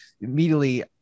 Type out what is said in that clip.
immediately